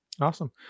Awesome